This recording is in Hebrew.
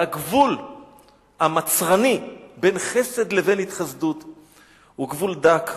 והגבול המצרני בין חסד לבין התחסדות הוא גבול דק,